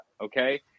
okay